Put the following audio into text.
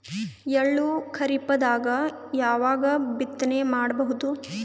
ಎಳ್ಳು ಖರೀಪದಾಗ ಯಾವಗ ಬಿತ್ತನೆ ಮಾಡಬಹುದು?